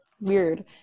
weird